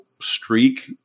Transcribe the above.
streak